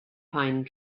pine